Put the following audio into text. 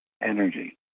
energy